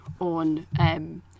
on